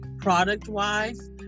product-wise